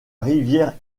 rivière